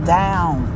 down